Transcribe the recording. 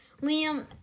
liam